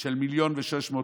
של 1.6 מיליון ש"ח